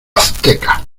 azteca